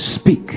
Speak